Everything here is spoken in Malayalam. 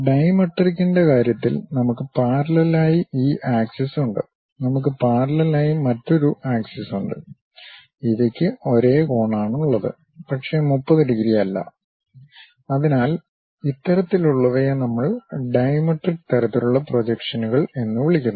ഡൈമെട്രിക്കിന്റെ കാര്യത്തിൽ നമുക്ക് പാരല്ലെൽ ആയി ഈ ആക്സിസ് ഉണ്ട് നമുക്ക് പാരല്ലെൽ ആയി മറ്റൊരു ആക്സിസ് ഉണ്ട് ഇവയ്ക്ക് ഒരേ കോണാണ് ഉള്ളത് പക്ഷേ 30 ഡിഗ്രി അല്ല അതിനാൽ ഇത്തരത്തിലുള്ളവയെ നമ്മൾ ഡൈമെട്രിക് തരത്തിലുള്ള പ്രൊജക്ഷനുകൾ എന്ന് വിളിക്കുന്നു